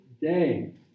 day